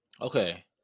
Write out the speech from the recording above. Okay